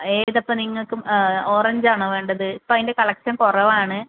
ഏതപ്പം നിങ്ങൾക്ക് ഓറഞ്ച് ആണോ വേണ്ടത് ഇപ്പോൾ അതിൻ്റെ കളക്ഷൻ കുറവാണ്